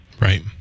Right